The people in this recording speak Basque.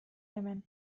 hemen